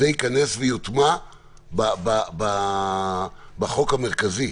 זה ייכנס ויוטמע בחוק המרכזי,